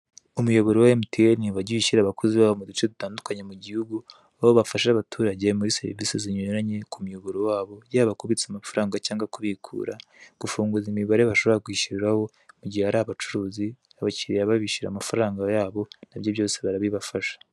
Umuyoboro wa emutiyeni wagiye ushyira abakozi ba bo mu duce dutandukanye mu gihugu aho bafasha abaturage muri serivise zinyuranye, ku muyoboro wabo yaba kubitsa amafaranga cyangwa kubikura, gufunguza imibare bashobora kwishyuriraho, mugihe hari abacuruzi, abakiliya babishyura amafaranga yabo nabyo byose barabibafasha.